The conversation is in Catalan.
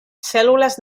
cèl·lules